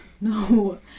No